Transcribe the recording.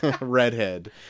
redhead